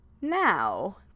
now